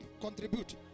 contribute